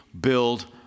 build